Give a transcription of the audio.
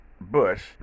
bush